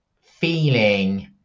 feeling